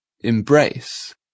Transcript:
embrace